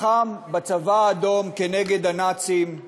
לחם בצבא האדום נגד הנאצים,